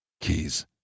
Keys